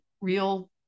real